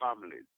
families